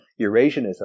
Eurasianism